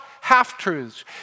half-truths